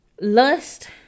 lust